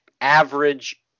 average